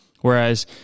whereas